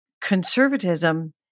Conservatism